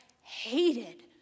hated